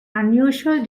unusual